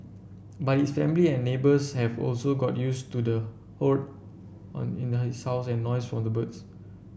but his family and neighbours have also got used to the hoard on in his house and noise from the birds